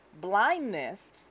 blindness